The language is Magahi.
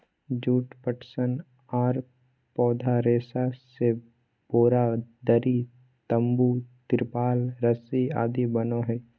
जुट, पटसन आर पौधा रेशा से बोरा, दरी, तंबू, तिरपाल रस्सी आदि बनय हई